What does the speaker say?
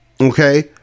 Okay